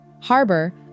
Harbor